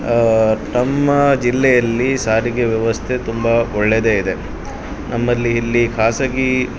ತಮ್ಮ ಜಿಲ್ಲೆಯಲ್ಲಿ ಸಾರಿಗೆ ವ್ಯವಸ್ಥೆ ತುಂಬ ಒಳ್ಳೇದೆ ಇದೆ ನಮ್ಮಲ್ಲಿ ಇಲ್ಲಿ ಖಾಸಗಿ